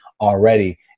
already